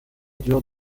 dure